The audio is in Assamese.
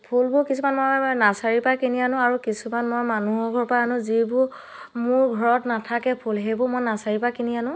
ফুলবোৰ কিছুমান মই নাৰ্ছাৰীৰ পৰা কিনি আনো আৰু কিছুমান মই মানুহৰ ঘৰৰ পৰা আনো যিবোৰ মোৰ ঘৰত নাথাকে ফুল সেইবোৰ মই নাৰ্ছাৰীৰ পৰা কিনি আনো